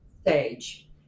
stage